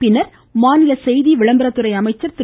பின்னர் மாநில செய்தி மற்றும் விளம்பரத்துறை அமைச்சர் திரு